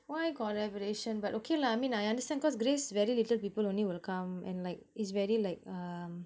why collaboration but okay lah I mean I understand cause grace very little people only will come and like it's very like um